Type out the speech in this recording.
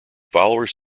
followers